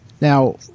Now